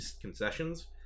concessions